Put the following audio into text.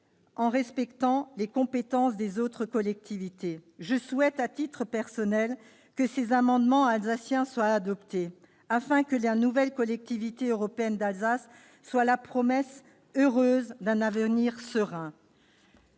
en respectant les compétences des autres collectivités. Je souhaite, à titre personnel, que ces amendements « alsaciens » soient adoptés, afin que la nouvelle Collectivité européenne d'Alsace soit la promesse heureuse d'un avenir serein.